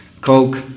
Coke